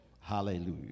hallelujah